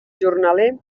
jornaler